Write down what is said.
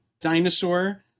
dinosaur